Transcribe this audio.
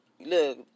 Look